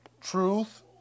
Truth